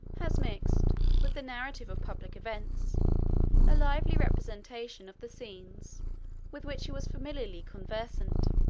has mixed with the narrative of public events a lively representation of the scenes with which he was familiarly conversant.